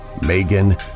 Megan